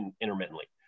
intermittently